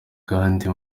kandi